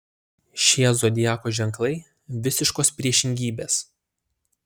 šie zodiako ženklai visiškos priešingybės